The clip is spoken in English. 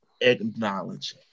acknowledge